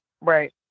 Right